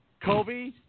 Kobe